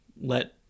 let